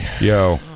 Yo